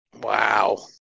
Wow